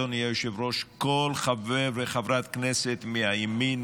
אדוני היושב-ראש: כל חבר וחברת כנסת מהימין,